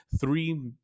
three